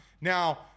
Now